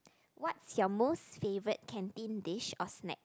what's your most favourite canteen dish or snack